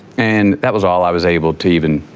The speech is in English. and that was all i was able to even,